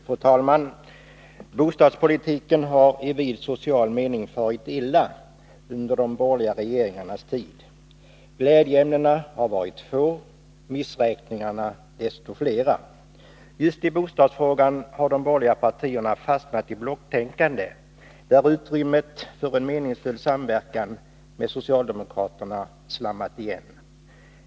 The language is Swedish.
Fru talman! Bostadspolitiken har i vid social mening farit illa under de borgerliga regeringarnas tid. Glädjeämnena har varit få men missräkningarna desto flera. Just i bostadsfrågan har de borgerliga partierna fastnat i blocktänkande, där utrymmet för en meningsfull samverkan med socialdemokraterna slammat igen.